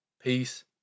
peace